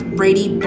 Brady